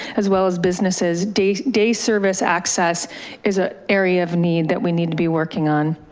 as well as businesses, day day service access is a area of need that we need to be working on.